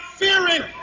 fearing